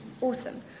Awesome